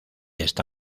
esta